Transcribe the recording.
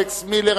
אלכס מילר,